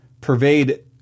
pervade